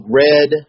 red